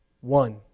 One